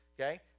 okay